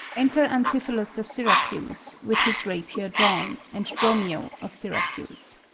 enter antipholus of syracuse, with his rapier drawn, and dromio of syracuse.